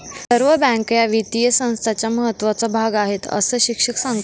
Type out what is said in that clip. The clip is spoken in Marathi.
सर्व बँका या वित्तीय संस्थांचा महत्त्वाचा भाग आहेत, अस शिक्षक सांगतात